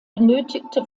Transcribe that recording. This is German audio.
benötigte